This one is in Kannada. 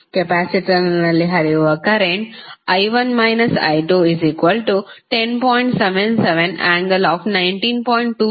ಕೆಪಾಸಿಟರ್ನಲ್ಲಿ ಹರಿಯುವ ಕರೆಂಟ್ I1 − I2 10